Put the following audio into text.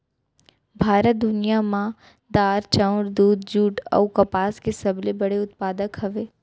भारत दुनिया मा दार, चाउर, दूध, जुट अऊ कपास के सबसे बड़े उत्पादक हवे